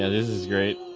is great.